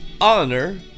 honor